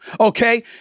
okay